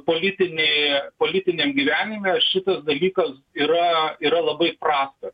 politinėj politiniam gyvenime šitas dalykas yra yra labai prastas